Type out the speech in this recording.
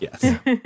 Yes